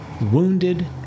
wounded